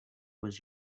was